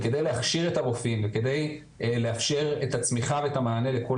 וכדי להכשיר את הרופאים וכדי לאפשר את הצמיחה ואת המענה לכל